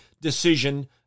decision